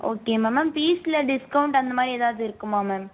okay ma'am ma'am ஃபீஸ்ஸில் discount அந்த மாதிரி எதாவது இருக்குமா மேம்